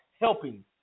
helping